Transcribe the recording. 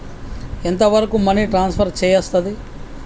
ఎంత వరకు money transfer చేయస్తది?